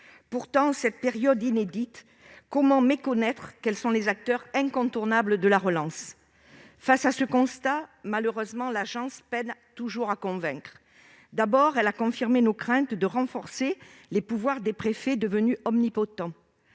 Pourtant, en cette période inédite, comment méconnaître qu'elles sont les acteurs incontournables de la relance ? Face à ce constat, malheureusement, l'agence peine toujours à convaincre. Tout d'abord, elle a confirmé nos craintes concernant un renforcement des pouvoirs des préfets, devenus omnipotents.